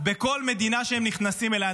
בכל מדינה שהם נכנסים אליה.